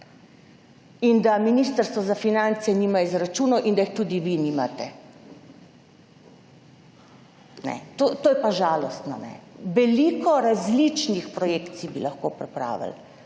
da Ministrstvo za finance nima izračunov in da jih tudi vi nimate. To je pa žalostno. Veliko različnih projekcij bi lahko pripravili,